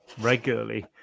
regularly